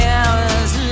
hours